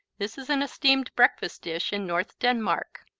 this is an esteemed breakfast dish in north denmark.